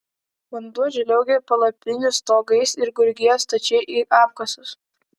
vanduo žliaugė palapinių stogais ir gurgėjo stačiai į apkasus